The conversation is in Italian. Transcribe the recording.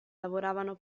lavoravano